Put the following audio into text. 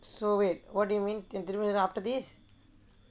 so wait what do you mean திரும்ப:thirumba after this